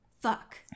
Fuck